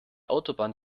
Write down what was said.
autobahn